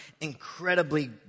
incredibly